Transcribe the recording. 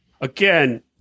again